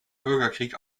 bürgerkrieg